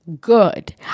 good